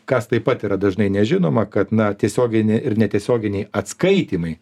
kas taip pat yra dažnai nežinoma kad na tiesioginiai ir netiesioginiai atskaitymai